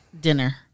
dinner